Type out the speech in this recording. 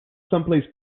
someplace